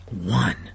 One